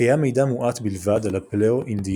קיים מידע מועט בלבד על הפלאו-אינדיאנים,